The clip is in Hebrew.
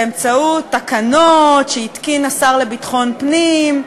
באמצעות תקנות שהתקין השר לביטחון פנים,